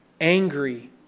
Angry